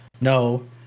no